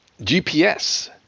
GPS